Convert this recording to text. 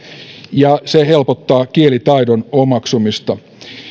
ja se helpottaa kielitaidon omaksumista